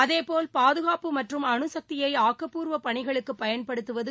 அதேபோல் பாதுகாப்பு மற்றும் அனுசக்தியை ஆக்கப்பூர்வ பணிகளுக்கு பயன்படுத்தவது